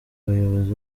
abayobozi